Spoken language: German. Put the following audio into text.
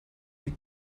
die